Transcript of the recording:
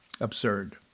Absurd